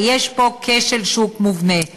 כי יש פה כשל שוק מובנה.